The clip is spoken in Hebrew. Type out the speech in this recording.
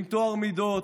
עם טוהר מידות,